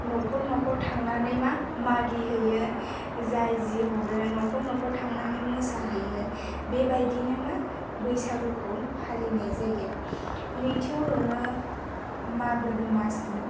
न'खर न'खर थांनानै मा मागिहैयो जाय जि हरो न'खर न'खर थांनानै मोसाहैयो बेबायदिनो मा बैसागुखौ फालिनाय जायो नैथियाव दङो मागो द'मासि